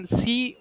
see